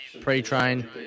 pre-train